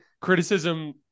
criticism